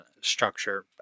structure